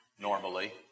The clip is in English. normally